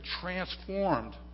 transformed